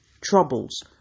Troubles